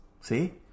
See